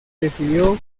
decidió